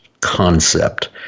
concept